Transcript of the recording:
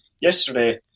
yesterday